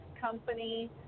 Company